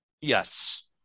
Yes